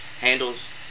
handles